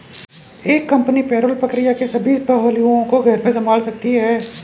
एक company payroll प्रक्रिया के सभी पहलुओं को घर में संभाल सकती है